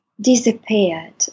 disappeared